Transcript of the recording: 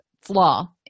flaw